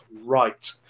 right